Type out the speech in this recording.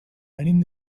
venim